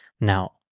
now